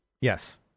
Yes